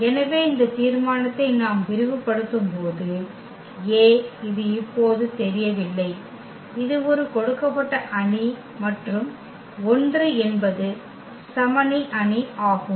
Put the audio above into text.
எனவே இந்த தீர்மானத்தை நாம் விரிவுபடுத்தும்போது A இது இப்போது தெரியவில்லை இது ஒரு கொடுக்கப்பட்ட அணி மற்றும் I என்பது சமனி அணி ஆகும்